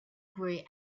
grey